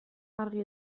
argi